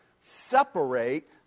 separate